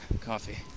Coffee